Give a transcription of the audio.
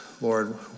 Lord